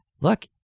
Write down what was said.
look